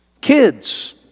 Kids